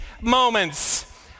moments